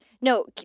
No